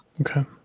Okay